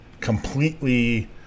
completely